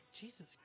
Jesus